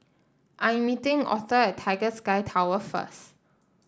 I am meeting Authur at Tiger Sky Tower first